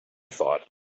thought